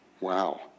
wow